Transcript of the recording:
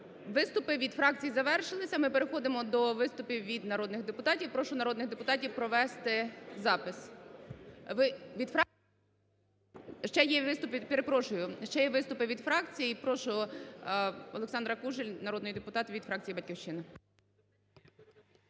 Виступи від фракцій завершилися. Ми переходимо до виступів від народних депутатів. Прошу народних депутатів провести запис. Перепрошую. Ще є виступи від фракцій. Прошу Олександра Кужель, народний депутат від фракції "Батьківщина".